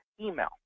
email